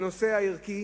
הנושא הערכי